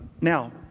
now